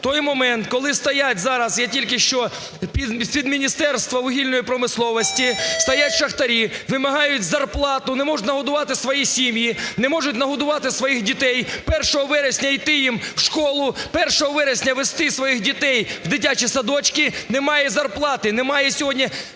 той момент, коли стоять зараз, я тільки що з-під Міністерства вугільної промисловості, стоять шахтарі, вимагають зарплату, не можуть нагодувати свої сім'ї, не можуть нагодувати своїх дітей. 1 вересня іти їм у школу, 1 вересня вести своїх дітей у дитячі садочки, немає зарплати, немає сьогодні…